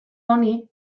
honi